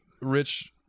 rich